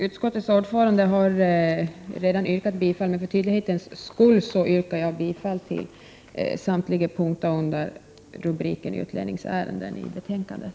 Utskottets ordförande har redan yrkat bifall, men för tydlighetens skull yrkar jag bifall till utskottets anmälan på samtliga punkter under rubriken Utlänningsärenden i betänkandet.